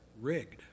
rigged